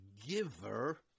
giver